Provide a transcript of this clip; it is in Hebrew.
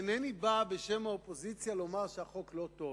אינני בא בשם האופוזיציה לומר שהחוק לא טוב.